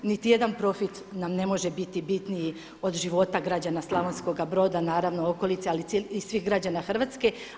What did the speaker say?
Niti jedan profit nam ne može biti bitniji od života građana Slavonskoga Broda naravno okolice, ali i svih građana Hrvatske.